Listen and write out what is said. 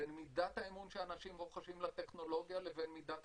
בין מידת האמון שאנשים רוכשים לטכנולוגיה לבין מידת